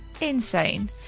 insane